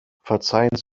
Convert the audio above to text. verzeihen